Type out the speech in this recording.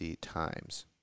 times